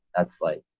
that's like,